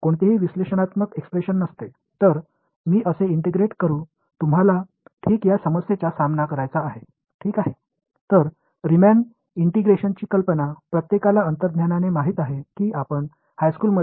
எனவே நான் எவ்வாறு இன்டிகிறேட் செய்கிறேன் என்ற சிக்கலை நீங்கள் எதிர்கொள்கிறீர்கள்